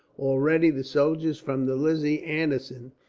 already the soldiers from the lizzie anderson,